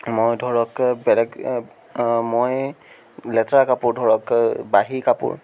মই ধৰক বেলেগ মই লেতেৰা কাপোৰ ধৰক বাহী কাপোৰ